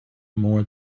more